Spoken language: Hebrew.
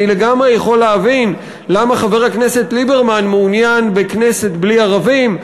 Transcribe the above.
אני לגמרי יכול להבין למה חבר הכנסת ליברמן מעוניין בכנסת בלי ערבים,